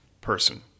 person